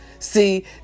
See